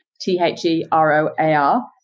t-h-e-r-o-a-r